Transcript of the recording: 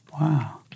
Wow